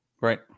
Right